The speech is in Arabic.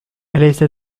أليس